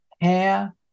hair